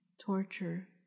torture